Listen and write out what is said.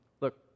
Look